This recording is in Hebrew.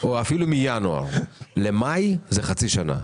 או אפילו מינואר למאי זה חצי שנה.